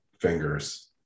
fingers